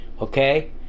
okay